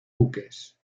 buques